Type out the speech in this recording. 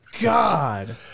God